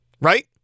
right